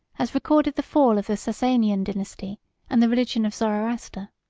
has recorded the fall of the sassanian dynasty and the religion of zoroaster.